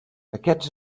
aquests